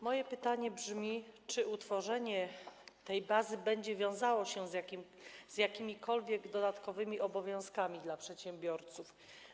Moje pytanie brzmi: Czy utworzenie tej bazy będzie wiązało się z jakimikolwiek dodatkowymi obowiązkami dla przedsiębiorców?